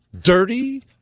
dirty